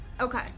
Okay